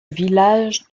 village